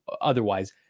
otherwise